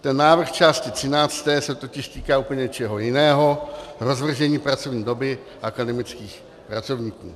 Ten návrh části 13. se totiž týká úplně něčeho jiného rozvržení pracovní doby akademických pracovníků.